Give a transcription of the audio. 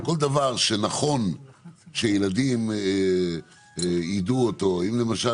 כל דבר שנכון שילדים ידעו אותו אם למשל